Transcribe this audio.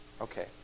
Okay